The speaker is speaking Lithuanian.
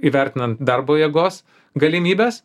įvertinan darbo jėgos galimybes